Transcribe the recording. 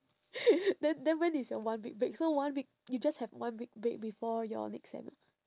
then then when is your one week break so one week you just have one week break before your next sem ah